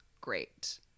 great